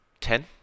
Ten